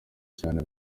cyane